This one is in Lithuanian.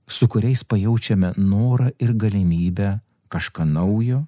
su kuriais pajaučiame norą ir galimybę kažką naujo